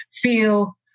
feel